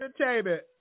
entertainment